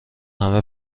همه